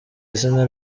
izina